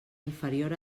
inferior